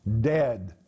dead